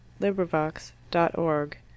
LibriVox.org